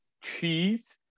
cheese